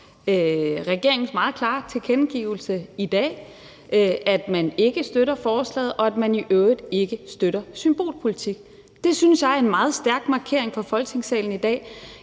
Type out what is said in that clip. regeringens meget klare tilkendegivelse i dag om, at man ikke støtter forslaget, og at man i øvrigt ikke støtter symbolpolitik. Det synes jeg er en meget stærk markering i Folketingssalen i dag.